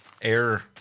air